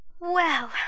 Well